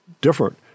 different